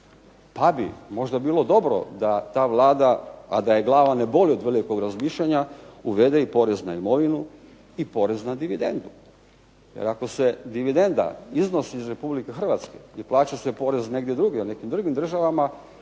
Pa bi možda bilo dobro da ta Vlada a da je glava ne boli od velikog razmišljanja uvede porez na imovinu i porez na dividendu. Jer ako se dividenda iznosi iz Republike Hrvatske i plaća se porez u nekim drugim državama,